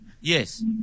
Yes